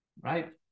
right